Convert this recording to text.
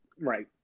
Right